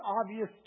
obvious